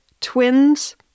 twins